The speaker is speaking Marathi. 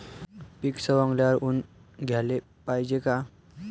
पीक सवंगल्यावर ऊन द्याले पायजे का?